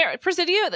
Presidio